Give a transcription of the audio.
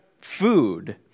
food